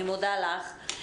אני מודה לך.